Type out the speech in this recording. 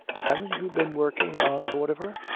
haven't you been working on board of her?